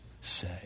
say